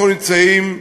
אנחנו נמצאים,